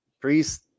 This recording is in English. Priest